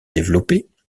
développées